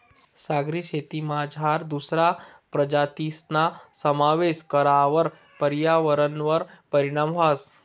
सागरी शेतीमझार दुसरा प्रजातीसना समावेश करावर पर्यावरणवर परीणाम व्हस